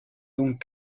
donc